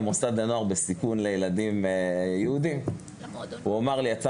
למוסד לנוער בסיכון לילדים יהודים וכשיצאנו